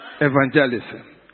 evangelism